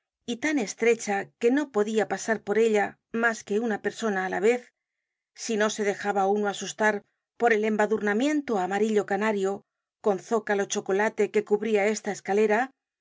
y tan estrecha que no podia pasar por ella mas que una persona á la vez si no se dejaba uno asustar por el embadurnamiento amarillo canario con zócalo chocolate que cubria esta escalera